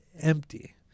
empty